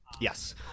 Yes